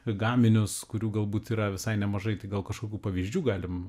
gaminius kurių galbūt yra visai nemažai tai gal kažkokių pavyzdžių galim